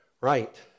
Right